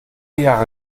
jahre